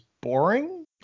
boring